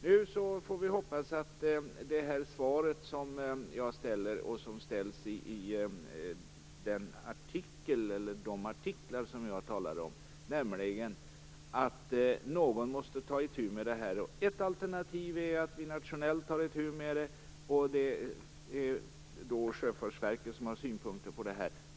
Nu får vi hoppas på det svar jag nämnde förut och som också nämndes i de artiklar jag talade om, nämligen att någon måste ta itu med det här. Ett alternativ är att vi tar itu med det nationellt, och det är då Sjöfartsverket som har synpunkter på det här.